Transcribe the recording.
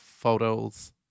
Photos